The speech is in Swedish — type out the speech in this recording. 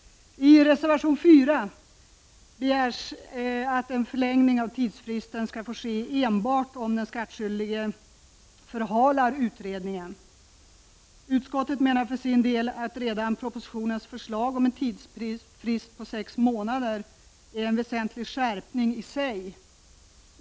I reservation 4 begärs att en förlängning av tidsfristen skall få ske enbart om den skattskyldige förhalar utredningen. Utskottet menar att redan propositionens förslag om en tidsfrist på sex månader är en väsentlig skärpning i sig.